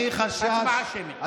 המודיעין להצבעה שמית.